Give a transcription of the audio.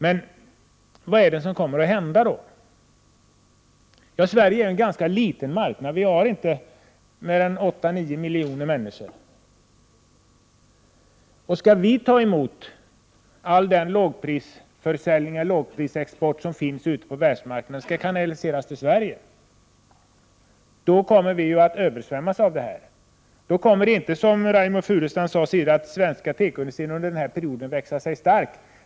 Men vad är det då som kommer att hända? Sverige är en ganska liten marknad. Här finns inte mer än 8-9 miljoner människor. Om all lågprisexport som finns ute på världsmarknaden skall kanaliseras till Sverige kommer landet att översvämmas. Då kommer inte, som Reynoldh Furustrand sade, den svenska tekoindustrin att växa sig stark.